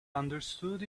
understood